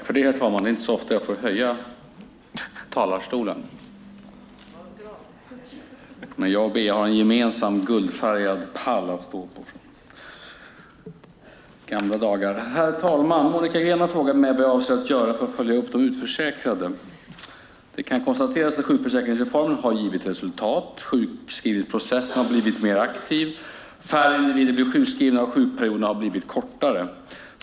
Herr talman! Monica Green har frågat mig vad jag avser att göra för att följa upp de utförsäkrade. Det kan konstateras att sjukförsäkringsreformen har gett resultat. Sjukskrivningsprocessen har blivit mer aktiv. Färre individer blir sjukskrivna, och sjukperioderna har blivit kortare.